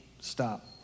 stop